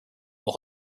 will